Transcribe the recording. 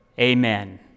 amen